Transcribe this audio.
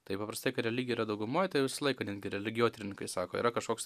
tai paprastai kia religija yra daugumoj tai visą laiką religijotyrininkai sako yra kažkoks